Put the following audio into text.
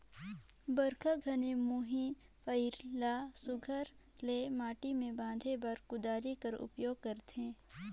बरिखा घनी मुही पाएर ल सुग्घर ले माटी मे बांधे बर कुदारी कर उपियोग करथे